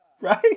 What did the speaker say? Right